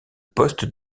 poste